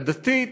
עדתית,